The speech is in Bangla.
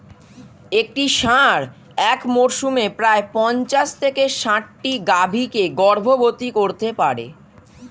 একটি ষাঁড় এক মরসুমে প্রায় পঞ্চাশ থেকে ষাটটি গাভী কে গর্ভবতী করতে পারে